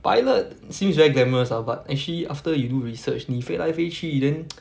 pilot seems very glamorous ah but actually after you do research 你飞来飞去 then